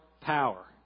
power